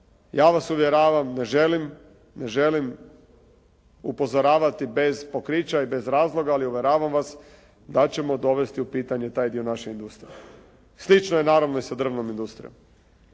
ja vas uvjeravam ne želim, ne želim upozoravati bez pokrića i bez razloga ali uvjeravam vas da ćemo dovesti u pitanje taj dio naše industrije. Slično je naravno i sa drvnom industrijom.